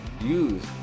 Use